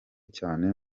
cyane